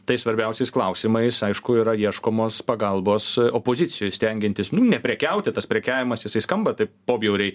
tai svarbiausiais klausimais aišku yra ieškomos pagalbos opozicijoj stengiantis nu neprekiauti tas prekiavimas jisai skamba taip pobjauriai